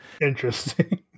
Interesting